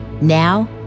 Now